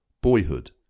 Boyhood